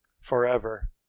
forever